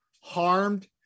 harmed